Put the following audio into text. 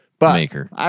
maker